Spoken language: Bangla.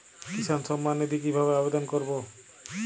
কিষান সম্মাননিধি কিভাবে আবেদন করব?